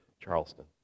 Charleston